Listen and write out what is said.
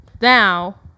Now